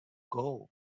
gold